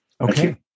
okay